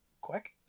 Quick